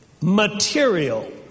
material